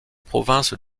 provinces